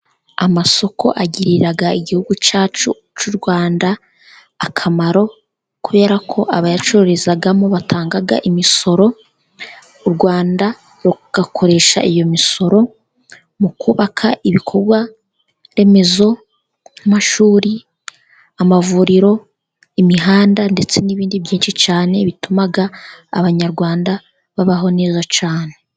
Amasoko agirira igihugu cyacu cy'u Rwanda akamaro, kubera ko abayacururizamo batanga imisoro, u Rwanda rugakoresha iyo misoro mu kubaka ibikorwa remezo nk'amashuri, amavuriro, imihanda, ndetse n'ibindi byinshi cyane bituma abanyarwanda babaho neza cyane.